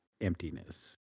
emptiness